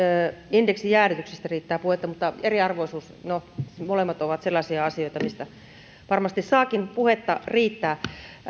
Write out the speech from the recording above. indeksijäädytyksistä riittää puhetta mutta eriarvoisuus no molemmat ovat sellaisia asioita mistä varmasti saakin puhetta riittää